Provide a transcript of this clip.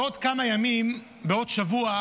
בעוד כמה ימים, בעוד שבוע,